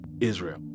Israel